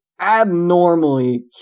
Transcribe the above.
abnormally